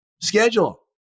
Schedule